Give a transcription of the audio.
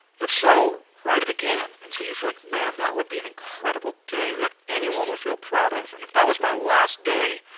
if so, write it again, until you feel like man, that would be an incredible day that anyone would feel proud of, and if that was my last day,